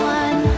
one